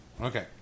okay